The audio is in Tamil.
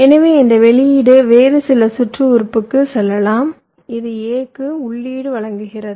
எனவே இந்த வெளியீடு வேறு சில சுற்று உறுப்புக்குச் செல்லலாம் இது A க்கு உள்ளீடு வழங்குகிறது